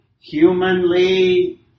humanly